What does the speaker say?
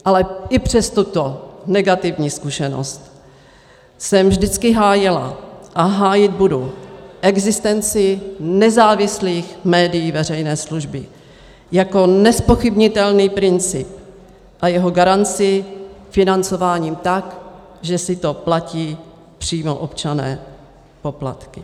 Ale i přes tuto negativní zkušenost jsem vždycky hájila a hájit budu existenci nezávislých médií veřejné služby jako nezpochybnitelný princip a jeho garanci financováním tak, že si to platí přímo občané poplatky.